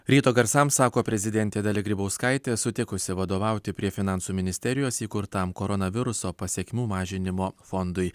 ryto garsams sako prezidentė dalia grybauskaitė sutikusi vadovauti prie finansų ministerijos įkurtam koronaviruso pasekmių mažinimo fondui